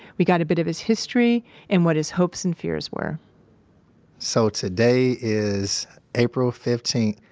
we got a bit of his history and what his hopes and fears were so, today is april fifteen,